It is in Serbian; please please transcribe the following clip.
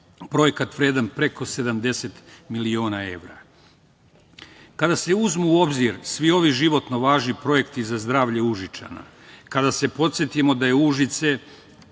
Projekat je vredan preko 70 miliona evra. Kada se uzmu u obzir svi ovi životno važni projekti za zdravlje Užičana, kada se podsetimo da je Užice,